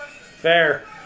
Fair